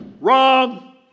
wrong